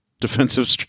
defensive